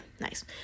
nice